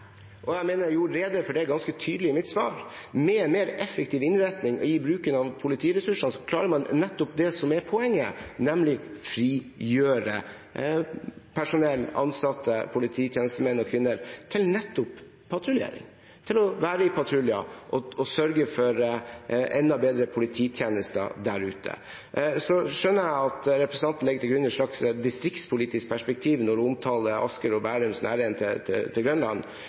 og jeg mener jeg gjorde rede for det ganske tydelig i mitt svar. Med mer effektiv innretning i bruken av politiressursene klarer man det som er poenget, nemlig å frigjøre personell – ansatte, polititjenestemenn og -kvinner – til nettopp patruljering, til å være i patruljer og til å sørge for enda bedre polititjenester der ute. Så skjønner jeg at representanten legger til grunn et slags distriktspolitisk perspektiv når hun omtaler Asker og Bærums nærhet til